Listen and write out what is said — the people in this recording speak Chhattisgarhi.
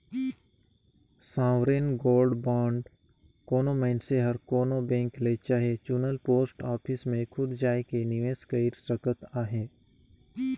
सॉवरेन गोल्ड बांड कोनो मइनसे हर कोनो बेंक ले चहे चुनल पोस्ट ऑफिस में खुद जाएके निवेस कइर सकत अहे